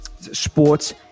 sports